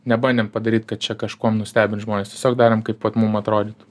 nebandėm padaryt kad čia kažkuom nustebint žmones tiesiog darėm kaip vat mum atrodytų